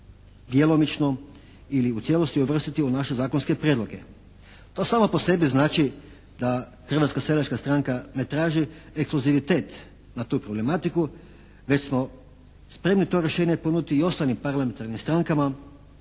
djelomično ili u cijelosti uvrstiti u naše zakonske prijedloge. To samo po sebi znači da Hrvatska seljačka stranka ne traži ekskluzivitet na tu problematiku, već smo spremni to rješenje ponuditi i ostalim parlamentarnim strankama,